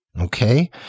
okay